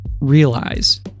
realize